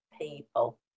People